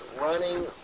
running